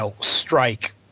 strike